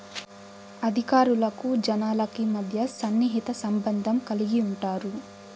అధికారులకు జనాలకి మధ్య సన్నిహిత సంబంధం కలిగి ఉంటారు